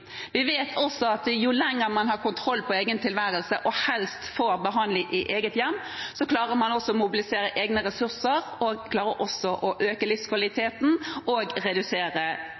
Vi vet også at jo lenger man har kontroll på egen tilværelse og helst får behandling i eget hjem, jo lenger klarer man å mobilisere egne ressurser, og man klarer også å øke livskvaliteten og redusere